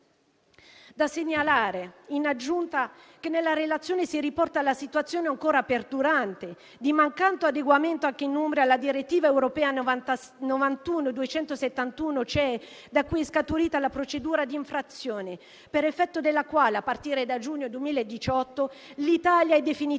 Da segnalare, in aggiunta, è che nella relazione si riporta la situazione ancora perdurante di mancato adeguamento in Umbria alla direttiva europea 91/271/CEE, da cui è scaturita la procedura di infrazione, per effetto della quale, a partire da giugno 2018, l'Italia è definitivamente